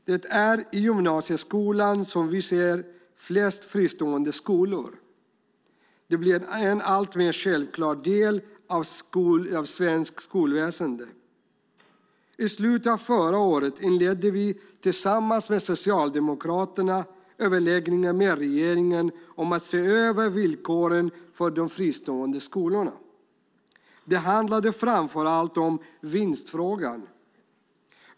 Det är i gymnasieskolan som vi ser flest fristående skolor. De blir en alltmer självklar del av svenskt skolväsen. I slutet av förra året inledde vi tillsammans med Socialdemokraterna överläggningar med regeringen om att se över villkoren för de fristående skolorna. Det handlade framför allt om vinstfrågan.